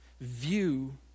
view